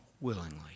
willingly